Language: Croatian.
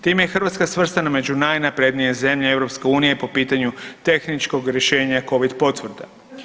Time je Hrvatska svrstana među najnaprednije zemlje EU-a po pitanju tehničkog rješenja COVID potvrde.